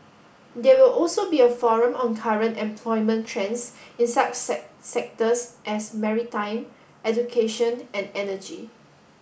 there will also be a forum on current employment trends in such sectors as maritime education and energy